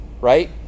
right